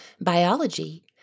Biology